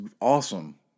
awesome